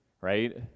Right